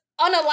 unalive